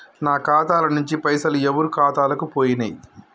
నా ఖాతా ల నుంచి పైసలు ఎవరు ఖాతాలకు పోయినయ్?